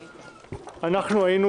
אנחנו היינו